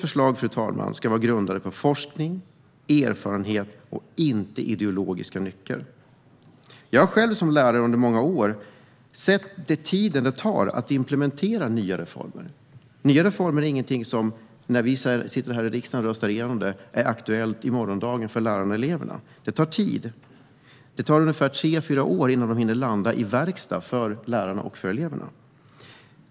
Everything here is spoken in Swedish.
Framtida förslag ska vara grundade på forskning och erfarenhet och inte på ideologiska nycker. Som lärare under många år har jag sett vilken tid det tar att implementera nya reformer. Nya reformer blir inte aktuella för lärarna och eleverna dagen efter att vi har röstat igenom dem här. De tar tid. Det tar ungefär tre fyra år innan de landar i verkstad för lärarna och eleverna.